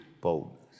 boldness